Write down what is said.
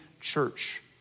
church